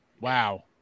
Wow